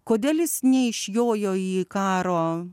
kodėl jis neišjojo į karo